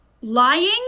lying